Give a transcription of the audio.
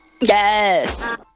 yes